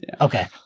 Okay